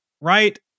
right